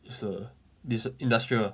it's a it's industrial ah